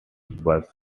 bus